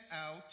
out